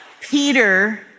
Peter